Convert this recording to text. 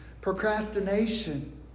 procrastination